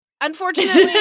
unfortunately